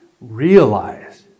realize